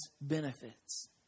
benefits